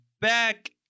back